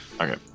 Okay